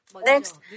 Next